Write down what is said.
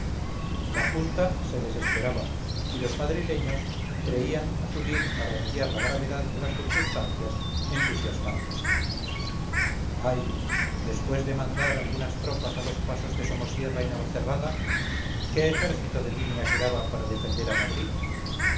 la junta se desesperaba y los madrileños creían acudir a remediar la gravedad de las circunstancias entusiasmándose ay después de mandar algunas tropas a los pasos de somosierra y navacerrada qué ejército de línea quedaba para defender a madrid